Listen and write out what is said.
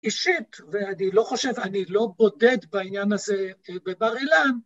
אישית, ואני לא חושב, אני לא בודד בעניין הזה בבר אילן.